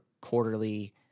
quarterly